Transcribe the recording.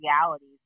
realities